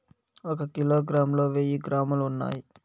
ఒక కిలోగ్రామ్ లో వెయ్యి గ్రాములు ఉన్నాయి